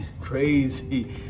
crazy